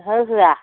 ओहो होआ